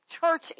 church